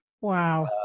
Wow